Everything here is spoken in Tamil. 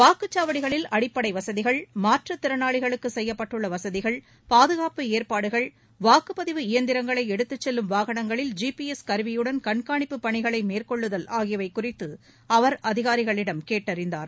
வாக்குச்சாவடிகளில் அடிப்படை வசதிகள் மாற்றத்திறனாளிகளுக்கு செய்யப்பட்டுள்ள வசதிகள் பாதுகாப்பு ஏற்பாடுகள் வாக்குப்பதிவு இயந்திரங்களை எடுத்துச் செல்லும் வாகனங்களில் ஜி பி எஸ் கருவியுடன் கண்காணிப்பு பணிகளை மேற்கொள்ளுதல் ஆகியவை குறித்து அவர் அதிகாரிகளிடம் கேட்டறிந்தார்